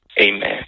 Amen